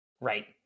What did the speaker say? Right